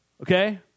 okay